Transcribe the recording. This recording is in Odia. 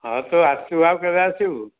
ହଉ ତୁ ଆସିବୁ ଆଉ କେବେ ଆସିବୁ